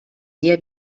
dia